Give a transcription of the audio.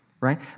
right